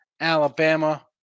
Alabama